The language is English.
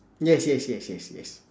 yes yes yes yes yes